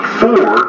four